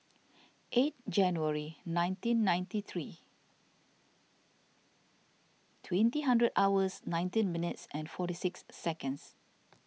eight January nineteen ninety three twenty hundred hours nineteen minutes and forty six seconds